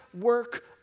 work